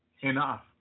enough